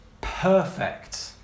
perfect